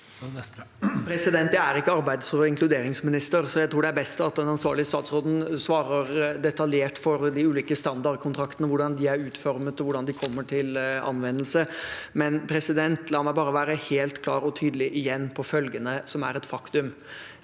Jeg er ikke arbeids- og inkluderingsminister, så jeg tror det er best at den ansvarlige statsråden svarer detaljert for de ulike standardkontraktene, hvordan de er utformet, og hvordan de kommer til anvendelse. La meg bare igjen være helt klar og tydelig på følgende, som er et faktum: